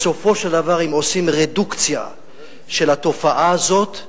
בסופו של דבר, אם עושים רדוקציה של התופעה הזאת,